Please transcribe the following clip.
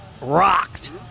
rocked